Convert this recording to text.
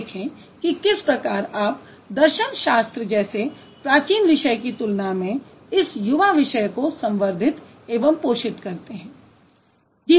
और देखें कि किस प्रकार आप दर्शनशास्त्र जैसे प्राचीन विषय की तुलना में इस युवा विषय को संवर्धित एवं पोषित करते हैं